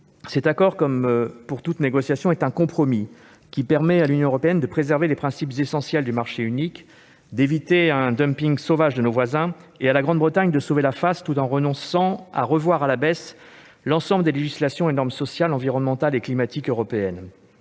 dernier. Comme pour toute négociation, cet accord est un compromis, qui permet à l'Union européenne de préserver les principes essentiels du marché unique et d'éviter un dumping sauvage de nos voisins, et qui permet à la Grande-Bretagne de sauver la face tout en renonçant à revoir à la baisse l'ensemble des législations et normes sociales, environnementales et climatiques européennes,